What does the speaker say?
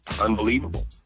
unbelievable